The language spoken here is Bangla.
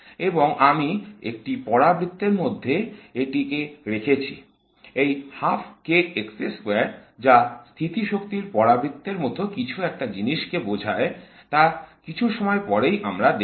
এবং আমি একটি পরাবৃত্তের মধ্যে এটি কে রেখেছি - এই যা স্থিতি শক্তির পরাবৃত্তের মতো কিছু একটা জিনিসকে বোঝায় তা কিছু সময় পরেই আমরা দেখব